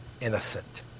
innocent